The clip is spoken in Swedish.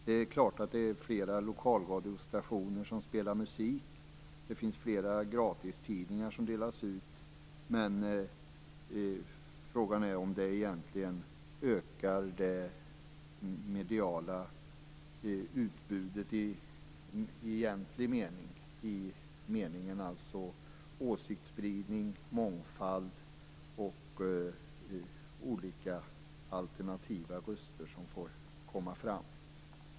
Det är klart att det är fler lokalradiostationer som spelar musik och det är fler gratistidningar som delas ut, men frågan är om detta ökar det mediala utbudet i egentlig mening, dvs. när det gäller åsiktsspridning, mångfald och olika alternativa rösters möjligheter att nå ut.